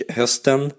hösten